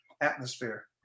atmosphere